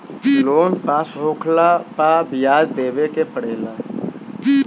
loan pass होखला पअ बियाज देवे के पड़ेला